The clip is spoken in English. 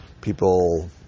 People